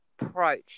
approach